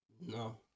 No